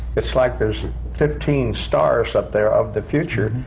it's like there's fifteen stars up there of the future,